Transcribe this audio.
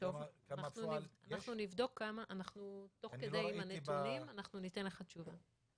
אנחנו נבדוק תוך כדי את הנתונים וניתן לך תשובה.